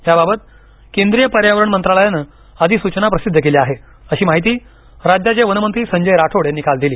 याबाबत केंद्रीय पर्यावरण मंत्रालयानं अधिसूचना प्रसिद्ध केली आहे अशी माहिती राज्याचे वन मंत्री संजय राठोड यांनी काल दिली